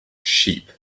sheep